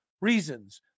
reasons